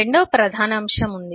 రెండవ ప్రధాన అంశం ఉంది